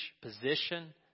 position